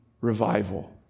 revival